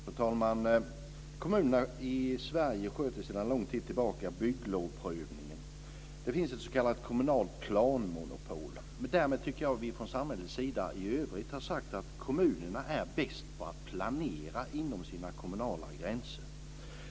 Fru talman! Kommunerna i Sverige sköter sedan lång tid tillbaka bygglovsprövningen. Det finns ett s.k. kommunalt planmonopol. Därmed tycker jag att vi från samhällets sida i övrigt har sagt att kommunerna är bäst på att planera inom sina kommunala gränser.